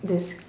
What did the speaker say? this